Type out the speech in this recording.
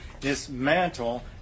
dismantle